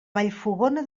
vallfogona